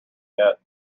yet